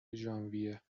ژانویه